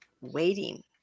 waiting